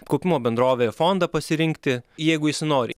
kaupimo bendrovę ir fondą pasirinkti jeigu jis nori